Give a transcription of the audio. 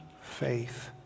faith